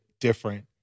different